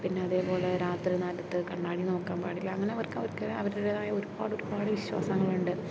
പിന്നെ അതേപോലെ രാത്രി നേരത്ത് കണ്ണാടി നോക്കാൻ പാടില്ല അങ്ങനെ അവർക്ക് അവരുടേതായ ഒരുപാട് ഒരുപാട് വിശ്വാസങ്ങളുണ്ട്